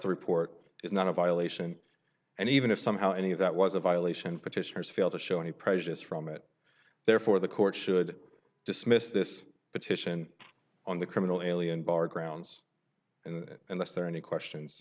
the report is not a violation and even if somehow any of that was a violation petitioners fail to show any prejudice from it therefore the court should dismiss this petition on the criminal alien bar grounds and that's there any questions